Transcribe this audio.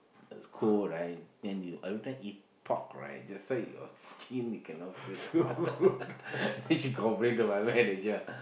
cold right then you everytime eat pork right that's why your skin cannot feel the what then she complain to my manager